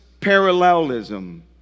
parallelism